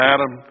Adam